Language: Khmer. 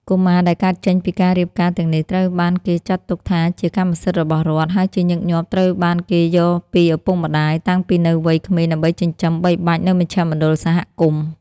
កុមារដែលកើតចេញពីការរៀបការទាំងនេះត្រូវបានគេចាត់ទុកថាជាកម្មសិទ្ធិរបស់រដ្ឋ ហើយជាញឹកញាប់ត្រូវបានគេយកពីឪពុកម្តាយ តាំងពីនៅវ័យក្មេងដើម្បីចិញ្ចឹមបីបាច់នៅមជ្ឈមណ្ឌលសហគមន៍។